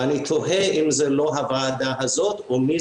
אני תוהה אם זאת לא הוועדה הזאת או מי